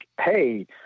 Hey